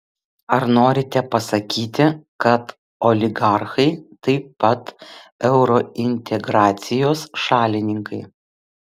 ar norite pasakyti kad oligarchai taip pat eurointegracijos šalininkai